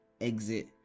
exit